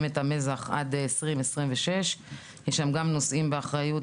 את המזח עד 2026. יש גם נושאים באחריות,